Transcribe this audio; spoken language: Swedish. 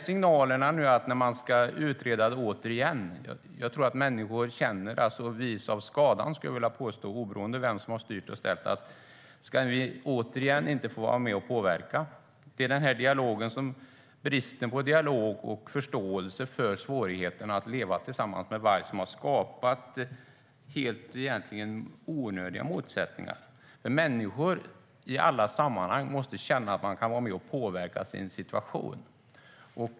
Signalerna att man återigen ska utreda tror jag får människor att känna - visa av skadan, skulle jag vilja påstå, och oberoende av vem som har styrt och ställt: Ska vi återigen inte få vara med och påverka? Det är bristen på dialog och på förståelse för svårigheten att leva tillsammans med varg som har skapat egentligen helt onödiga motsättningar. Människor måste i alla sammanhang känna att de kan vara med och påverka sin situation.